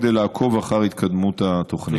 כדי לעקוב אחר התקדמות התוכנית.